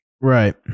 Right